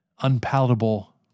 unpalatable